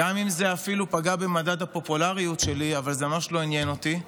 גם אם זה אפילו פגע במדד הפופולריות שלי אבל זה ממש לא עניין אותי.